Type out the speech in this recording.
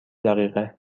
دقیقه